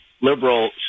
liberal